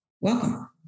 Welcome